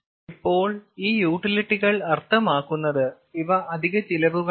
ഇപ്പോൾ ഈ യൂട്ടിലിറ്റികൾ അർത്ഥമാക്കുന്നത് ഇവ അധിക ചിലവുകളാണ്